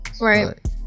Right